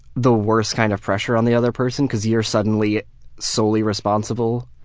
the worst kind of pressure on the other person cause you're suddenly solely responsible.